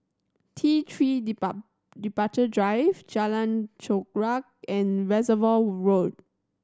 T Three Departure Drive Jalan Chorak and Reservoir Road